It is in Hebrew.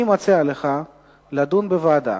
אני מציע לך לדון בוועדה.